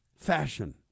fashion